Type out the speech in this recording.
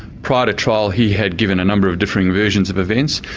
prior to trial he had given a number of differing versions of events,